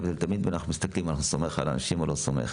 תמיד אנחנו מסתכלים אם אנחנו סומכים על אנשים או לא סומכים.